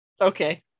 Okay